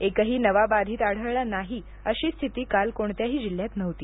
एकही नवा बाधित आढळला नाही अशी स्थिति काल कोणत्याही जिल्ह्यात नव्हती